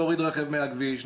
להוריד רכב מהכביש,